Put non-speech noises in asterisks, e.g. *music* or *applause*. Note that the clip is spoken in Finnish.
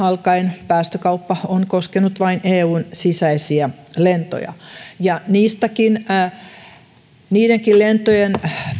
*unintelligible* alkaen päästökauppa on koskenut vain eun sisäisiä lentoja ja niidenkin lentojen